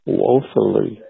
woefully